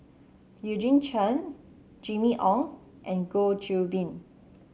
Eugene Chen Jimmy Ong and Goh Qiu Bin